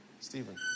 Stephen